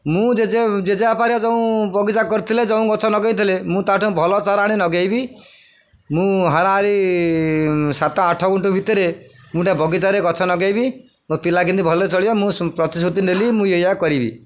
ମୁଁ ଜେଜେ ଜେଜେବାପା ଯେଉଁ ବଗିଚା କରିଥିଲେ ଯେଉଁ ଗଛ ଲଗାଇଥିଲେ ମୁଁ ତା 'ଠୁ ଭଲ ଚାରା ଆଣି ଲଗାଇବି ମୁଁ ହାରାହାରି ସାତ ଆଠ ଗୁଣ୍ଠ ଭିତରେ ଗୋଟେ ବଗିଚାରେ ଗଛ ଲଗାଇବି ମୋ ପିଲା କେମିତି ଭଲରେ ଚଳିବା ମୁଁ ପ୍ରତିଶ୍ରୁତି ନେଲି ମୁଁ ଏହା କରିବି